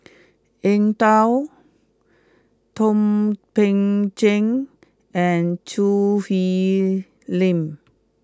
Eng Tow Thum Ping Tjin and Choo Hwee Lim